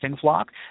flock